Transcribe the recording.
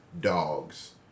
dogs